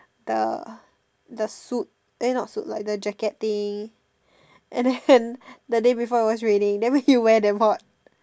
the the suit eh not suit like the jacket thing and then the day before it was raining then you wear damn hot